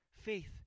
faith